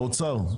האוצר.